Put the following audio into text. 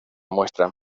muestra